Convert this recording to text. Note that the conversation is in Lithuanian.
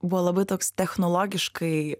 buvo labai toks technologiškai